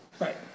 Right